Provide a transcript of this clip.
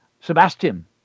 sebastian